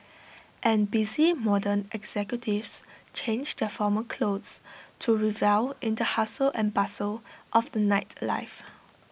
and busy modern executives change their formal clothes to revel in the hustle and bustle of the nightlife